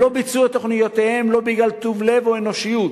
הם לא ביצעו את תוכניותיהם לא בגלל טוב לב או אנושיות,